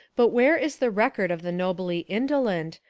but where is the record of the nobly indolent,